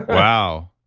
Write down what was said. wow.